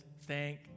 Thank